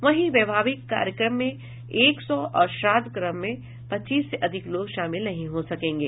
वहीं वैवाहिक कार्यक्रम में एक सौ और श्राद्धकर्म में पच्चीस से अधिक लोग शामिल नहीं हो सकेंगे